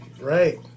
right